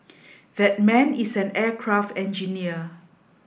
that man is an aircraft engineer